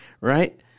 Right